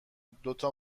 دوتا